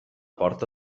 porta